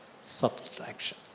subtraction